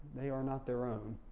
they are not their own.